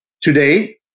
Today